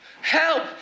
help